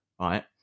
right